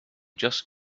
just